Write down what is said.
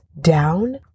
down